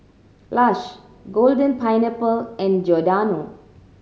Lush Golden Pineapple and Giordano